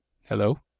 Hello